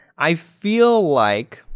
i feel like,